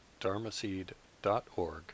dharmaseed.org